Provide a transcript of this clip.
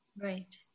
Right